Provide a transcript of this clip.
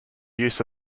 use